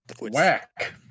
Whack